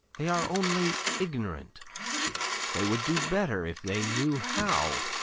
they are only ignorant they would do better if they knew how